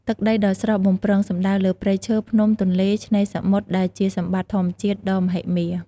ទឹកដីដ៏ស្រស់បំព្រងសំដៅលើ ព្រៃឈើ ភ្នំ ទន្លេ ឆ្នេរសមុទ្រ ដែលជាសម្បត្តិធម្មជាតិដ៏មហិមា។